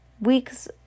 weeks